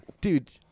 Dude